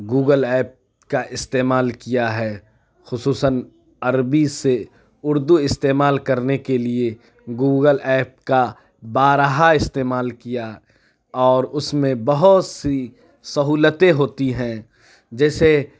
Google app کا استعمال کیا ہے خصوصاً عربی سے اردو استعمال کرنے کے لیے گوگل ایپ کا بارہا استعمال کیا اور اس میں بہت سی سہولتیں ہوتی ہیں جیسے